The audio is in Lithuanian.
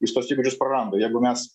jis tuos įgūdžius praranda jeigu mes